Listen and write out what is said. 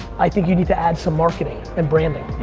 i think you need to add some marketing and branding.